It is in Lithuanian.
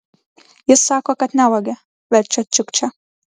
jis sako kad nevogė verčia čiukčia